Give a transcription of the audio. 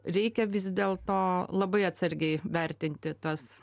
reikia vis dėl to labai atsargiai vertinti tas